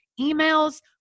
emails